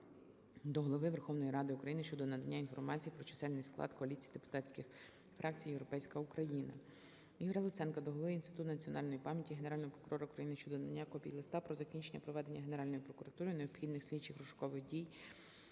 до Голови Верховної Ради України щодо надання інформації про чисельний склад коаліції депутатських фракцій "Європейська Україна".